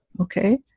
Okay